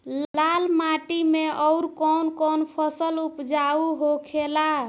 लाल माटी मे आउर कौन कौन फसल उपजाऊ होखे ला?